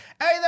hey